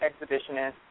exhibitionist